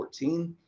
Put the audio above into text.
2014